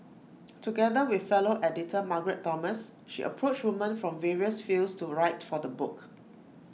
together with fellow editor Margaret Thomas she approached woman from various fields to write for the book